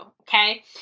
okay